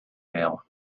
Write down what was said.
mail